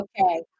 okay